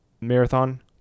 marathon